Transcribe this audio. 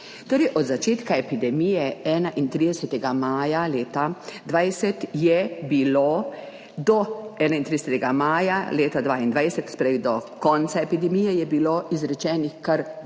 Torej, od začetka epidemije 31. maja leta 2020 je bilo do 31. maja leta 2022, se pravi do konca epidemije, izrečenih kar